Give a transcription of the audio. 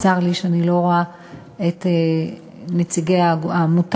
צר לי שאני לא רואה את נציגי העמותה,